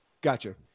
Gotcha